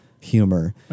humor